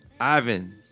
Ivan